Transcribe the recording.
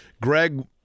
greg